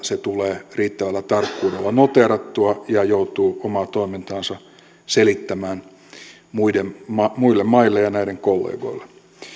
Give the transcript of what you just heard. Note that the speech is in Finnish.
se tulee riittävällä tarkkuudella noteerattua ja joutuu omaa toimintaansa selittämään muille muille maille ja näiden kollegoille